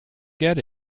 get